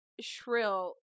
shrill